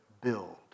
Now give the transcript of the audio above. build